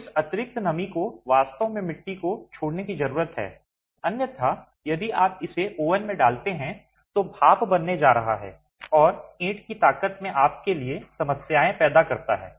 तो इस अतिरिक्त नमी को वास्तव में मिट्टी को छोड़ने की जरूरत है अन्यथा यदि आप इसे ओवन में डालते हैं जो भाप बनने जा रहा है और ईंट की ताकत में आप के लिए समस्याएं पैदा करता है